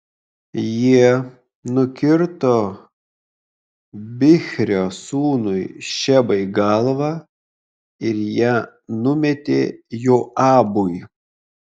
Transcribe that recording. jie nukirto bichrio sūnui šebai galvą ir ją numetė joabui